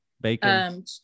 bacon